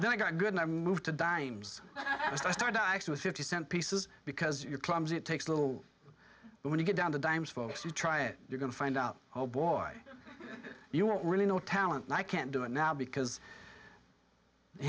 then i got good i moved to dimes i started to a fifty cent pieces because you're clumsy it takes a little but when you get down to dimes folks you try it you're going to find out oh boy you won't really know talent i can't do it now because